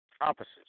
opposites